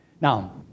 Now